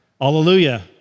Hallelujah